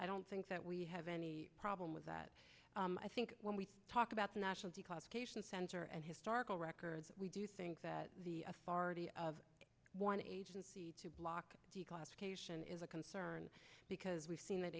i don't think that we have any problem with that i think when we talk about the national center and historical records we do think that the authority of one block is a concern because we've seen that